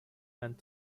and